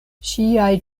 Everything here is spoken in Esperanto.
ŝiaj